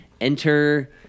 Enter